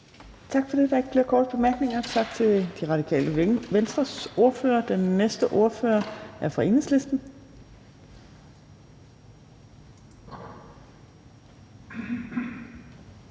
Torp): Der er ikke flere korte bemærkninger. Tak til Radikale Venstres ordfører. Den næste ordfører er fra Enhedslisten.